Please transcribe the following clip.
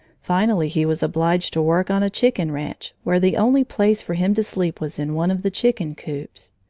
finally he was obliged to work on a chicken ranch, where the only place for him to sleep was in one of the chicken coops.